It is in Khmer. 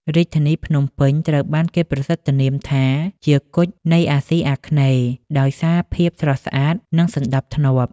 រាជធានីភ្នំពេញត្រូវបានគេប្រសិទ្ធនាមថាជា "គុជនៃអាស៊ីអាគ្នេយ៍" ដោយសារភាពស្រស់ស្អាត និងសណ្តាប់ធ្នាប់។